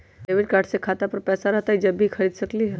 Debit card से खाता पर पैसा रहतई जब ही खरीद सकली ह?